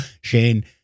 Shane